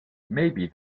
maybe